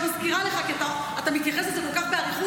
רק מזכירה לך כי אתה מתייחס לזה כול כך באריכות,